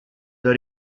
the